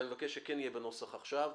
אבל אני מבקש שזה כן יהיה בנוסח עכשיו.